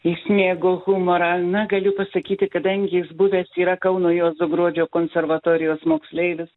jis mėgo humorą na galiu pasakyti kadangi jis buvęs yra kauno juozo gruodžio konservatorijos moksleivis